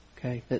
Okay